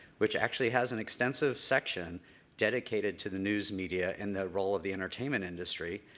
which actually has an extensive section dedicated to the news media and the role of the entertainment industry,